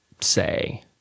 say